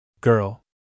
Girl